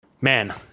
man